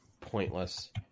pointless